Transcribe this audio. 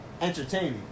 entertaining